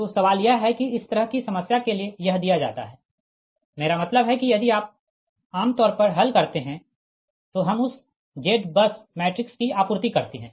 तो सवाल यह है कि इस तरह की समस्या के लिए यह दिया जाता है मेरा मतलब है कि यदि आप आम तौर पर हल करते है तो हम उस Z बस मैट्रिक्स की आपूर्ति करते है